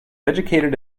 educated